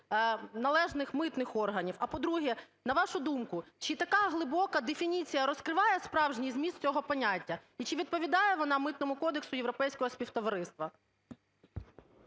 належних митних органів? А, по-друге, на вашу думку, чи така глибока дефініція розкриває справжній зміст цього поняття? І чи відповідає вона Митному кодексу Європейського співтовариства?